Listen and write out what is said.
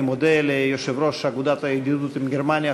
אני מודה ליושב-ראש אגודת הידידות עם גרמניה,